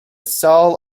soul